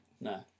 No